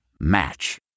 Match